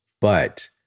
but-